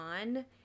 on